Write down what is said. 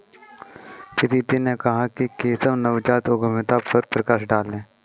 प्रीति ने कहा कि केशव नवजात उद्यमिता पर प्रकाश डालें